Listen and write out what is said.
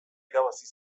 irabazi